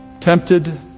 tempted